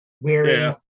wearing